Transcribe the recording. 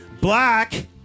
Black